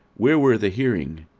where were the hearing?